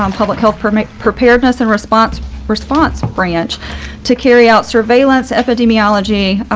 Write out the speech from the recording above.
um public health permit preparedness and response response branch to carry out surveillance epidemiology,